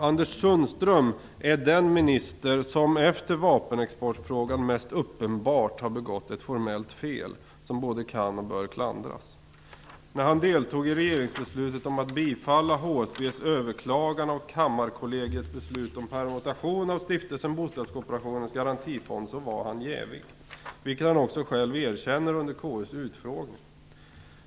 Anders Sundström är den minister som mest uppenbart har begått ett formellt fel - näst efter det fel som begicks i vapenexportfrågan - som både kan och bör klandras. När han deltog i regeringsbeslutet om att bifalla HSB:s överklagande av Kammarkollegiets beslut om permutation av Stiftelsen Bostadskooperationens Garantifond var han jävig, vilket han själv också erkände under KU:s utfrågning.